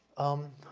um.